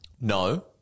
No